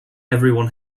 everyone